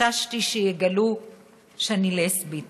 חששתי שהן יגלו שאני לסבית.